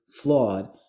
flawed